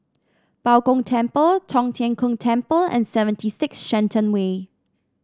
Bao Gong Temple Tong Tien Kung Temple and sevent six Shenton Way